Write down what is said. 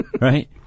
Right